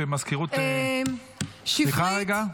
סליחה, סליחה.